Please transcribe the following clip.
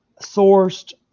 sourced